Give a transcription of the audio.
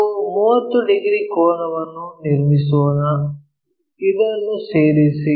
ನಾವು 30 ಡಿಗ್ರಿ ಕೋನವನ್ನು ನಿರ್ಮಿಸೋಣ ಇದನ್ನು ಸೇರಿಸಿ